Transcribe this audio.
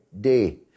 day